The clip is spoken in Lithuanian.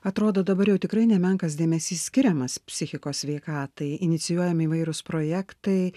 atrodo dabar jau tikrai nemenkas dėmesys skiriamas psichikos sveikatai inicijuojami įvairūs projektai